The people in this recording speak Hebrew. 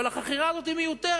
אבל החכירה הזאת היא מיותרת,